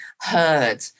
heard